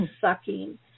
sucking